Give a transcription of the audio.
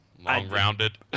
Long-rounded